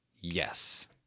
Yes